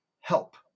help